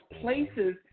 places